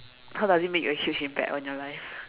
how does it make a huge impact on your life